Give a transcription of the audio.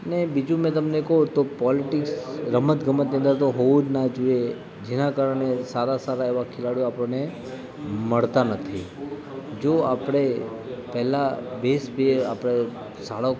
અને બીજું મેં તમને કહું તો પોલિટીક્સ રમત ગમતની અંદર તો હોવું જ ના જોઈએ જેના કારણે સારા સારા એવા ખેલાડીઓ આપણને મળતા નથી જો આપણે પહેલા બેઝથી આપણે શાળાઓ